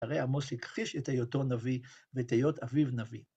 הרי עמוס הכחיש את היותו נביא ואת היות אביו נביא.